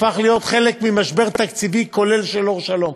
הפך להיות חלק ממשבר תקציבי כולל של "אור שלום".